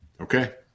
Okay